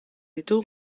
ditu